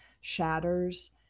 shatters